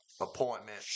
appointment